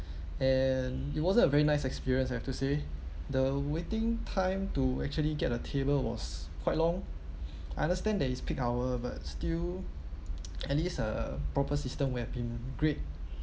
and it wasn't a very nice experience have to say the waiting time to actually get a table was quite long I understand that it's peak hour but still at least uh proper system would have been great